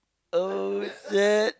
oh shit